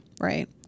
right